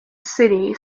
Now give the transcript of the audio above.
city